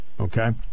okay